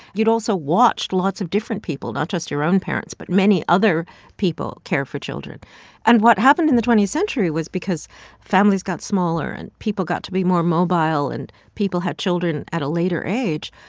you'd also watched lots of different people not just your own parents but many other people care for children and what happened in the twentieth century was because families got smaller, and people got to be more mobile, and people had children at a later age,